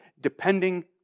depending